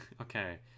Okay